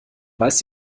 weiß